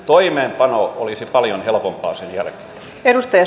toimeenpano olisi paljon helpompaa sen jälkeen